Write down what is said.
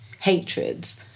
hatreds